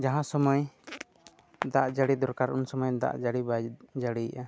ᱡᱟᱦᱟᱸ ᱥᱚᱢᱚᱭ ᱫᱟᱜ ᱡᱟᱹᱲᱤ ᱫᱚᱨᱠᱟᱨ ᱩᱱ ᱥᱚᱢᱚᱭ ᱫᱟᱜ ᱡᱟᱹᱲᱤ ᱵᱟᱭ ᱡᱟᱹᱲᱤᱭᱮᱫᱼᱟ